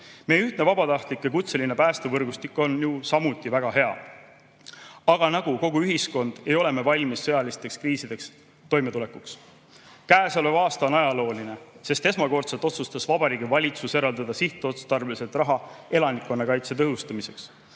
Meie ühtne vabatahtliku ja kutselise pääste võrgustik on ju samuti väga hea. Aga nagu kogu ühiskond ei ole me valmis sõjaliste kriisidega toimetulekuks. Käesolev aasta on ajalooline, sest esmakordselt otsustas Vabariigi Valitsus eraldada sihtotstarbeliselt raha elanikkonnakaitse tõhustamiseks.